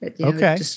Okay